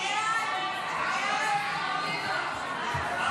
מועדפת ביישובי עוטף הגבול הדרומי